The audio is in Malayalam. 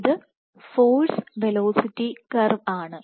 ഇത് ഫോഴ്സ് വെലോസിറ്റി കർവ് ആണ്